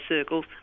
circles